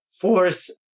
force